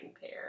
pair